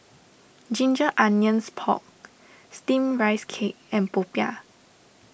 Ginger Onions Pork Steamed Rice Cake and Popiah